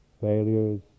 failures